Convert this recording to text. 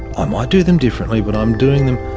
ah might do them differently but i'm doing them,